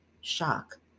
Shock